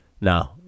No